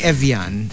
Evian